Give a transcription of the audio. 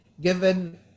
given